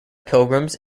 pilgrims